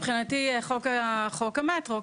מבחינתי חוק המטרו,